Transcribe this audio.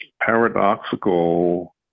paradoxical